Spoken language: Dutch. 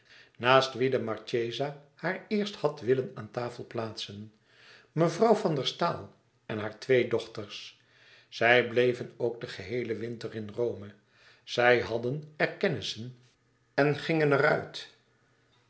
naast wie de marchesa haar eerst had willen aan tafel plaatsen mevrouw van der staal en hare twee dochters zij bleven ook den geheelen winter in rome zij hadden er kennissen en gingen er uit